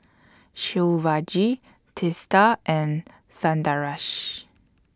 Shivaji Teesta and Sundaresh